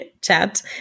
chat